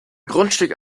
grundstück